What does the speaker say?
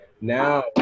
now